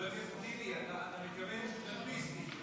חבר הכנסת טיבי, אתה מתכוון לטרמפיסטים.